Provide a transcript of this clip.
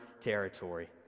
territory